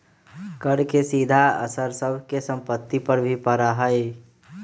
कर के सीधा असर सब के सम्पत्ति पर भी पड़ा हई